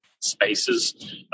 spaces